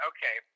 Okay